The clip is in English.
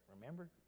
Remember